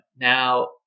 now